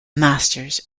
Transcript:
masters